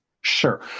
Sure